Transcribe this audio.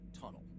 tunnel